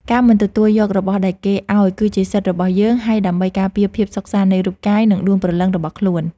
ការមិនទទួលយករបស់ដែលគេឱ្យគឺជាសិទ្ធិរបស់យើង ហើយដើម្បីការពារភាពសុខសាន្តនៃរូបកាយនិងដួងព្រលឹងរបស់ខ្លួន។